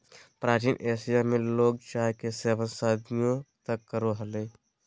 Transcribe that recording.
प्राचीन एशिया में लोग चाय के सेवन सदियों तक करो हलय